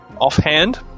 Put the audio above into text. offhand